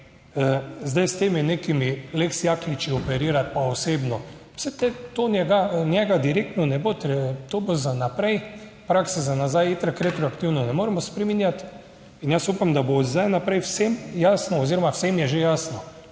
Zdaj s temi nekimi lex Jakliči operirati, pa osebno, saj to ga njega direktno ne bo, to bo za naprej, prakse za nazaj itak retroaktivno ne moremo spreminjati. Jaz upam, da bo zdaj naprej vsem jasno oziroma vsem je že jasno,